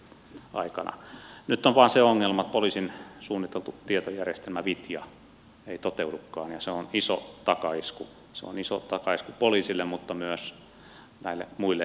nyt on vain se ongelma että suunniteltu poliisin tietojärjestelmä vitja ei toteudukaan ja se on iso takaisku se on iso takaisku poliisille mutta myös näille muille viranomaisille